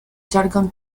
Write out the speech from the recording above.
jargon